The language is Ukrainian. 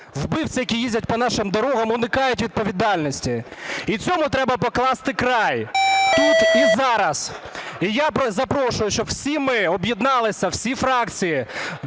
вбивці, які їздять по нашим дорогам і уникають відповідальності. І цьому треба покласти край тут і зараз. І я запрошую, щоб всі ми об'єдналися, всі фракції,